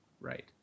right